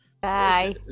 bye